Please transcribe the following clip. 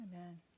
Amen